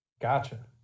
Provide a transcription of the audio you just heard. Gotcha